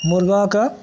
मुर्गा कऽ